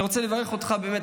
אני רוצה לברך אותך באמת,